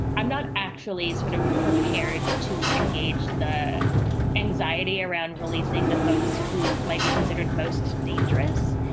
i'm not actually sort of prepared to engage the anxiety around releasing the folks who might be considered most dangerous.